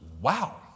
wow